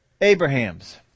Abrahams